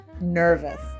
nervous